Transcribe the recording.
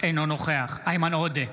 אינו נוכח איימן עודה,